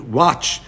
watch